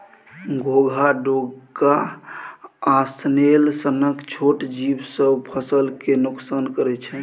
घोघा, डोका आ स्नेल सनक छोट जीब सब फसल केँ नोकसान करय छै